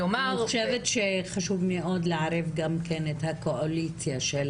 חשוב מאוד גם לערב גם כן את הקואליציה של